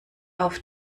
auf